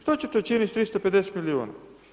Što će te učiniti s 350 milijuna?